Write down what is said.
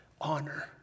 honor